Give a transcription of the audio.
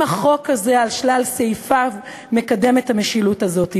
החוק הזה על שלל סעיפיו מקדם את המשילות הזאת.